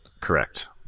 correct